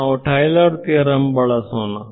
ನಾವು Taylor theorem ಬಳಸೋಣ